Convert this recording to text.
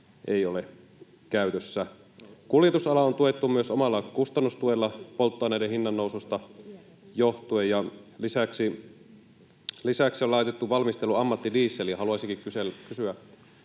ei ole käytössä. Kuljetusalaa on tuettu myös omalla kustannustuella polttoaineiden hinnannoususta johtuen, ja lisäksi on laitettu valmistelu ammattidieseliin. Haluaisinkin kysyä